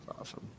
Awesome